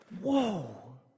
whoa